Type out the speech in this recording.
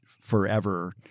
forever